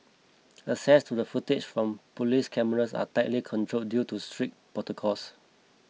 access to the footage from police cameras are tightly controlled due to strict protocols